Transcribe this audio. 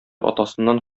атасыннан